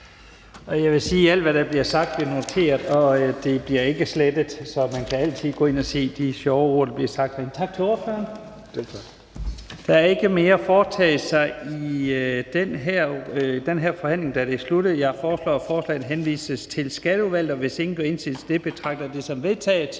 Jeg vil sige, at alt, hvad der bliver sagt, bliver noteret, og det bliver ikke slettet. Så man kan altid gå ind at se de sjove ord, der bliver sagt. Tak til ordføreren. Der er ikke mere at foretage i den her forhandling, og den er sluttet. Jeg foreslår, at forslaget henvises til Skatteudvalget. Hvis ingen gør indsigelse i det, betragter jeg det som vedtaget.